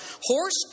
horse